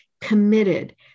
committed